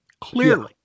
Clearly